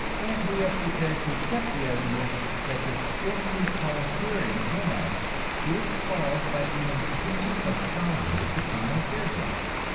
and we are prepared to accept the idea that the thing we call hearing in us is caused by the impinging of sound waves upon our eardrums.